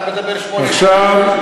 אתה מדבר שמונה שנים,